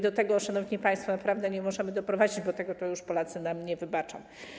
Do tego, szanowni państwo, naprawdę nie możemy doprowadzić, bo tego to już nam Polacy nie wybaczą.